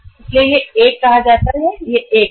इसलिए यह 1 कहा जाता है और यह 1 है